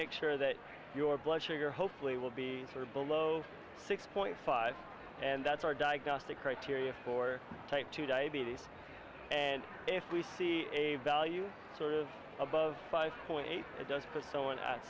make sure that your blood sugar hope will be for below six point five and that's our diagnostic criteria for type two diabetes and if we see a value sort of above five point eight it does put someone